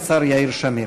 השר יאיר שמיר.